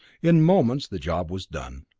in moments the job was done.